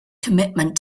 commitment